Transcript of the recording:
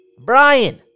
Brian